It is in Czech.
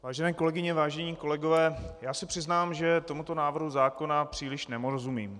Vážené kolegyně, vážení kolegové, já se přiznám, že tomuto návrhu zákona příliš nerozumím.